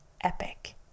epic